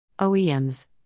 OEMs